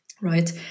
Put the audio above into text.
right